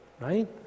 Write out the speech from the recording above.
right